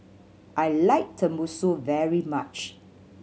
I like Tenmusu very much